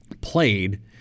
played